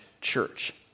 church